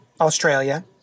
Australia